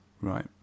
Right